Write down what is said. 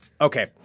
okay